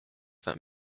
that